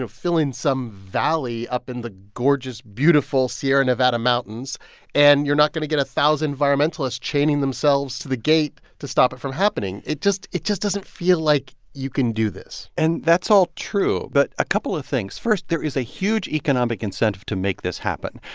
fill in some valley up in the gorgeous, beautiful sierra nevada mountains and you're not going to get a thousand environmentalists chaining themselves to the gate to stop it from happening it just it just doesn't feel like you can do this and that's all true. but a couple of things. first, there is a huge economic incentive to make this happen.